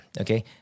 Okay